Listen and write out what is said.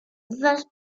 vastes